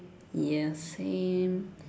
ya same